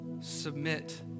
submit